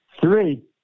Three